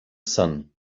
sun